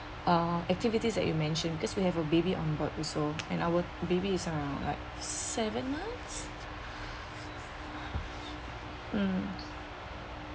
uh activities that you mentioned because we have a baby on board also and our baby is around like seven months um